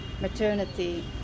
maternity